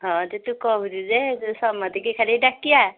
ହଁ ଯେ ତୁ କହୁଛୁ ଯେ ସମସ୍ତଙ୍କୁ ଖାଲି ଡାକିବା